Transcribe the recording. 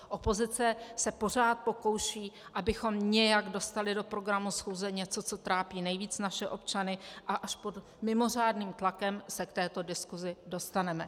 Opozice se pořád pokouší, abychom nějak dostali do programu schůze něco, co trápí nejvíc naše občany, a až pod mimořádným tlakem se k této diskuzi dostaneme.